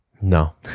no